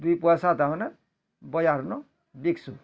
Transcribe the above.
ଦୁଇ ପଇସା ତାମାନେ ବଜାର ନୁ ବିକସୁ